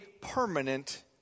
permanent